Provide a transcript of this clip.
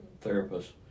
therapist